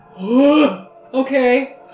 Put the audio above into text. Okay